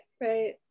right